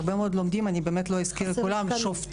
הרבה מאוד לומדים אני לא אזכיר את כולם שופטים,